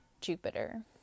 Jupiter